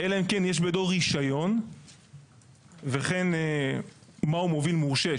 "אלא אם כן יש בידו רישיון וכן מהו מוביל מורשה",